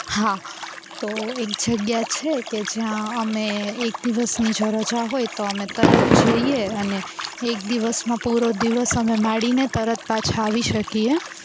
હા તો એક જગ્યા છે કે જ્યાં અમે એક દિવસની જો રજા હોય તો અમે તરત જઈએ અને એક દિવસમાં પૂરો દિવસ માણીને અમે માણીને તરત પાછા આવી શકીએ